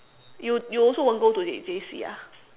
you you also won't go to J~ J_C ah